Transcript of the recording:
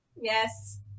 Yes